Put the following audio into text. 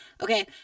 Okay